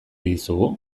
dizu